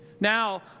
Now